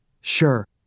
Sure